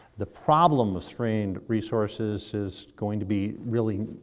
the problem of strained resources is going to be really,